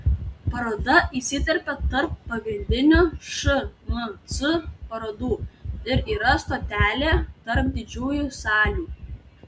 paroda įsiterpia tarp pagrindinių šmc parodų ir yra stotelė tarp didžiųjų salių